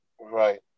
Right